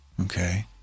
okay